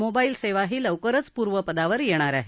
mobile सेवा ही लवकरच पूर्वपदावर येणार हे